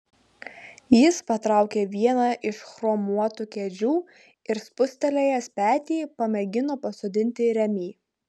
jis patraukė vieną iš chromuotų kėdžių ir spustelėjęs petį pamėgino pasodinti remį